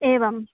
एवम्